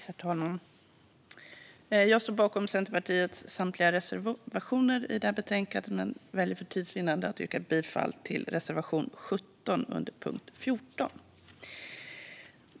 Herr talman! Jag står bakom Centerpartiets samtliga reservationer i detta betänkande men väljer för tids vinnande att yrka bifall endast till reservation 17 under punkt 14.